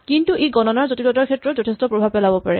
কিন্তু ই গণনাৰ জটিলতাৰ ক্ষেত্ৰত যথেষ্ঠ প্ৰভাৱ পেলাব পাৰে